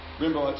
Remember